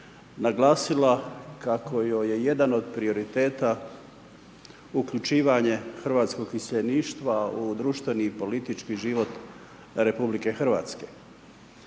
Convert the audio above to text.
naglasila kako joj je jedan od prioriteta uključivanja hrvatskog iseljeništva u društveni i politički život RH.